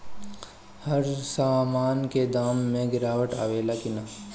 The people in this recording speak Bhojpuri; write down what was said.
हर सामन के दाम मे गीरावट आवेला कि न?